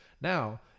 now